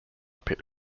pit